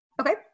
Okay